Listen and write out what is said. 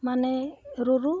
ᱢᱟᱱᱮ ᱨᱩᱨᱩ